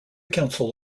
council